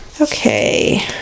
Okay